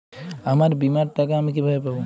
আমার বীমার টাকা আমি কিভাবে পাবো?